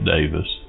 Davis